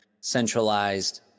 centralized